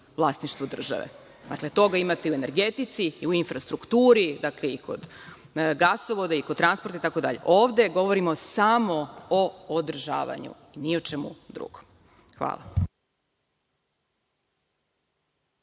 vlasništvo države. Dakle, toga imate i u energetici i u infrastrukturi, i kod gasovoda i kod transporta itd. Ovde govorimo samo o održavanju, ni o čemu drugom. Hvala.